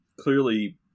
clearly